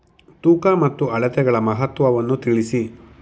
ತೂಕ ಮತ್ತು ಅಳತೆಗಳ ಮಹತ್ವವನ್ನು ತಿಳಿಸಿ?